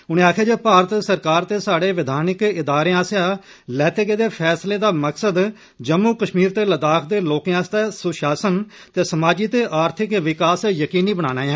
उनें आक्खेया जे भारत सरकार ते साहड़े विधानिक इदारें आस्सेया लैते गेदे फैसले दा मकसद जम्मू कश्मीर ते लद्दाख दे लोकें आस्तै सुशासन ते समाजी ते आर्थिक विकास यकीनी बनाना ऐ